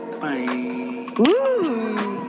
bye